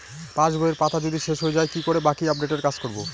পাসবইয়ের পাতা যদি শেষ হয়ে য়ায় কি করে বাকী আপডেটের কাজ করব?